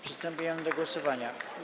Przystępujemy do głosowania.